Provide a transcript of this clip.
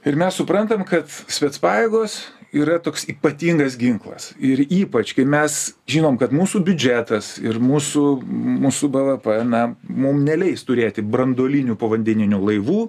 ir mes suprantam kad specpajėgos yra toks ypatingas ginklas ir ypač kai mes žinom kad mūsų biudžetas ir mūsų mūsų bvp na mum neleis turėti branduolinių povandeninių laivų